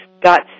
got